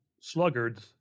Sluggards